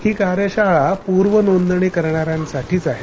ही कार्यशाळा पूर्वनोंदणी करणाऱ्यांसाठीच आहे